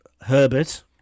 Herbert